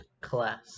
class